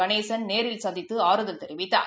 கணேசன் நேரில் சந்தித்துஆறுதல் தெரிவித்தார்